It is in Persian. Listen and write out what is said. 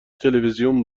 تلویزیون